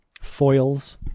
foils